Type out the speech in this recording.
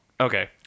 Okay